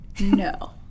No